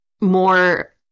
more